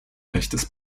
rechtes